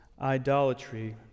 idolatry